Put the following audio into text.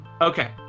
Okay